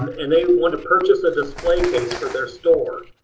and they want to purchase a display case for their store.